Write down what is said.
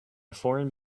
foreign